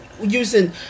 using